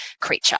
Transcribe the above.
creature